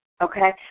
okay